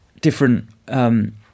different